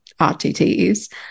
RTTs